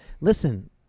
listen